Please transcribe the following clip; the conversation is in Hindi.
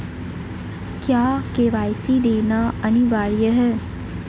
क्या के.वाई.सी देना अनिवार्य है?